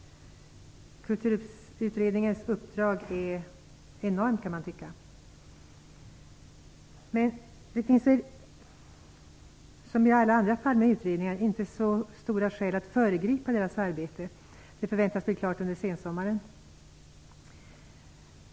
Kulturutredningens uppdrag är enormt, kan man tycka. Det finns som i alla andra fall med utredningar inte så starka skäl att föregripa deras arbete. Det förväntas bli klart under sensommaren.